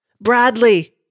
Bradley